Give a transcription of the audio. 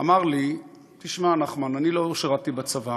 אמר לי: תשמע, נחמן, אני לא שירתי בצבא.